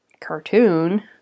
cartoon